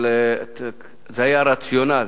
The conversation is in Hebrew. אבל זה היה הרציונל.